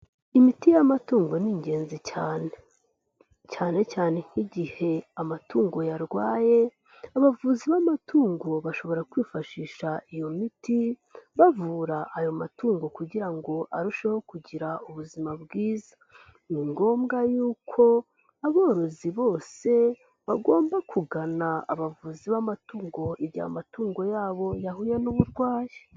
Imiti y'amatungo ni ingenzi cyane, cyane cyane nk'igihe amatungo yarwaye abavuzi b'amatungo bashobora kwifashisha iyo miti bavura ayo matungo kugira ngo arusheho kugira ubuzima bwiza, ni ngombwa y'uko aborozi bose bagomba kugana abavuzi b'amatungo igihe amatungo yabo yahuye n'uburwayi.